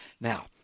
Now